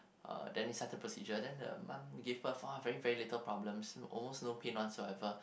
uh then it start the procedure then the mum give birth oh very very little problems almost no pain whatsoever